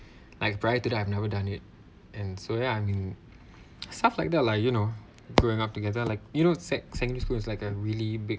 like right until then I've never done it and so ya I mean stuff like that lah you know growing up together like you know sec~ secondary school is like a really big